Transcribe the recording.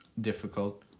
difficult